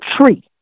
tree